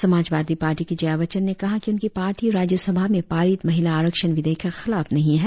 Samajwadi Party की जया बच्चन ने कहा कि उनकी पार्टी राज्यसभा में पारित महिला आरक्षण विधेयक के खिलाफ नहीं है